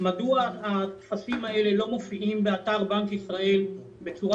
מדוע הטפסים האלה לא מופיעים באתר בנק ישראל בצורה